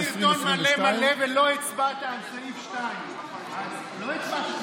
צפו בסרטון מלא מלא ולא הצבעת על סעיף 2. לא הצבעת,